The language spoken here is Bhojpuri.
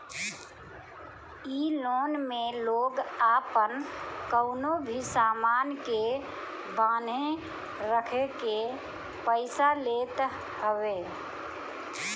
इ लोन में लोग आपन कवनो भी सामान के बान्हे रखके पईसा लेत हवे